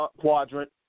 quadrant